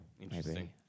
Interesting